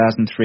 2003